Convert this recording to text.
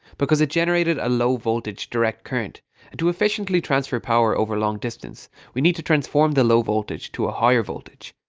because it generated a low voltage direct current and to efficiently transfer power over long distances we need to transform the low voltage to a higher voltage.